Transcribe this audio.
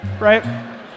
right